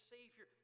Savior